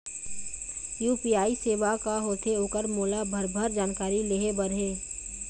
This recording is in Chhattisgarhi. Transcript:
यू.पी.आई सेवा का होथे ओकर मोला भरभर जानकारी लेहे बर हे?